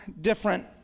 different